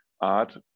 art